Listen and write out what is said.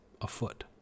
afoot